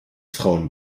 frauen